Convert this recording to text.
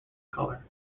color